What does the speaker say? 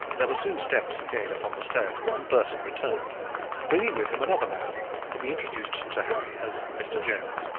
there were soon steps again upon the stairs, and burton returned bringing with him another man whom he introduced to harry as mr. jones.